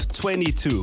22